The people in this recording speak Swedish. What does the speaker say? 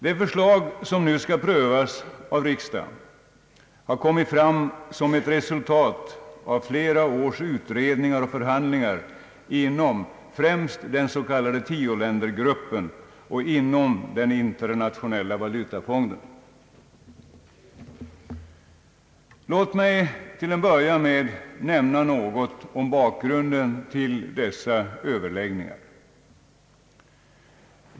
Det förslag som nu skall prövas av riksdagen har kommit fram som ett resultat av flera års utredningar och förhandlingar inom främst den s.k. tioländergruppen och inom Internationella valutafonden. Låt mig till att börja med nämna nå got om bakgrunden till dessa överläggningar.